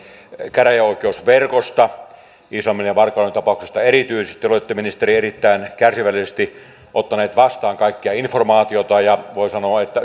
käräjäoikeusverkosta iisalmen ja varkauden ta pauksista erityisesti te olette ministeri erittäin kärsivällisesti ottanut vastaan kaikkea informaatiota ja voi sanoa